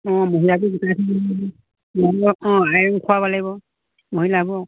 অঁ মহিলাবোৰক ভিটামিন মহিলাবোৰক অঁ আইৰণ খুৱাব লাগিব মহিলাবোৰ